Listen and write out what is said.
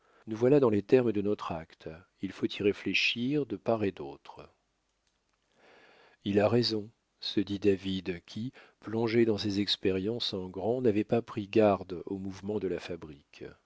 nous voilà dans les termes de notre acte il faut y réfléchir de part et d'autre il a raison se dit david qui plongé dans ses expériences en grand n'avait pas pris garde au mouvement de la fabrique